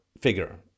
figure